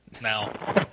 now